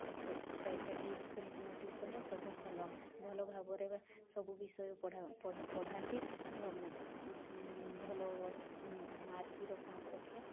ଆଉ ସେ ପ୍ରାଇଭେଟ୍ରେ ସ୍କୁଲ୍ ଟ୍ୟୁସନ୍ରେ ସବୁ ଭଲ ଭଲ ଭାବରେ ସବୁ ବିଷୟ ପଢ଼ା ପଢ଼ାନ୍ତି ଭଲ ମାର୍କ୍ ବି ରଖେ ରଖେ